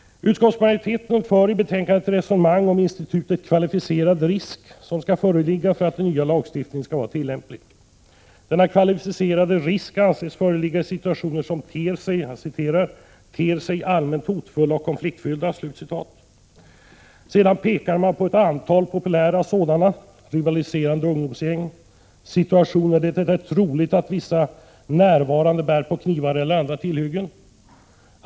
Utskottsmajoriteten för i betänkandet ett resonemang om institutet kvalificerad risk som skall föreligga för att den nya lagstiftningen skall vara tillämplig. Denna kvalificerade risk anses föreligga i situationer som ”ter sig allmänt hotfulla och konfliktfyllda”. Sedan pekar man på ett antal populära sådana: rivaliserande ungdomsgäng och situationer där det är troligt att vissa närvarande bär på knivar eller andra tillhyggen.